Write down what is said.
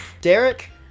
Derek